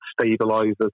stabilizers